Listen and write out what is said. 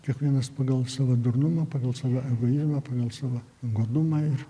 kiekvienas pagal savo durnumą pagal savo egoizmą pagal savo godumą ir